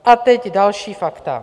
A teď další fakta.